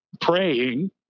praying